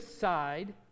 side